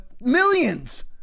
millions